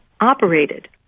operated